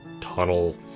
tunnel